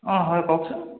অঁ হয় কওকচোন